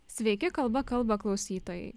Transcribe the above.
sveiki kalba kalba klausytojai